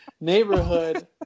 neighborhood